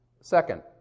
Second